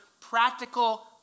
practical